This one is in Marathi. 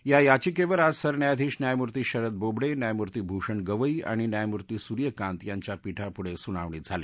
या याचिकेवर आज सरन्यायाधीश न्यायमूर्ती शरद बोबडे न्यायमूर्ती भूषण गवई आणि न्यायमूर्ती सुर्यकांत यांच्या पीठापुढे सुनावणी झाली